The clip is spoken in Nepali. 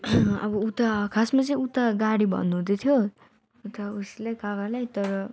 अब उता खासमा चाहिँ उता गाडी भन्नु हुँदै थियो उता उसले काकालाई तर